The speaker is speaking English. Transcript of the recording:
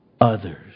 others